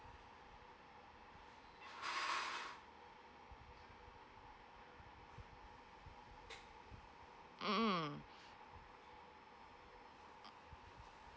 mmhmm